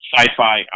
sci-fi